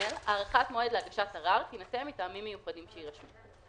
(ג)הארכת מועד להגשת ערר תינתן מטעמים מיוחדים שיירשמו".